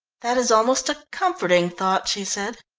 that is almost a comforting thought, she said.